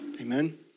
Amen